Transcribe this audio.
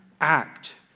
act